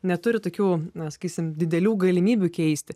neturi tokių na sakysim tokių didelių galimybių keisti